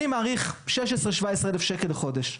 אני מעריך 17,000-16,000 שקל לחודש.